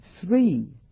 three